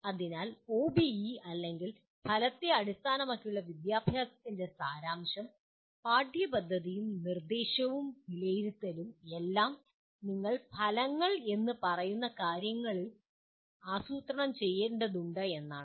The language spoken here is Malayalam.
അതിനാൽ ഒബിഇ അല്ലെങ്കിൽ ഫലത്തെ അടിസ്ഥാനമാക്കിയുള്ള വിദ്യാഭ്യാസത്തിൻ്റെ സാരാംശം പാഠ്യപദ്ധതിയും നിർദ്ദേശവും വിലയിരുത്തലും എല്ലാം നിങ്ങൾ ഫലങ്ങൾ എന്ന് പറയുന്ന കാര്യങ്ങളിൽ ആസൂത്രണം ചെയ്യേണ്ടതുണ്ട് എന്നതാണ്